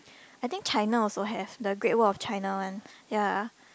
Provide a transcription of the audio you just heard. I think China also have the Great-Wall-of-China one ya